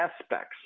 aspects